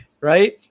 right